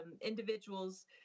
individuals